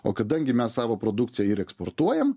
o kadangi mes savo produkciją ir eksportuojam